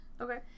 Okay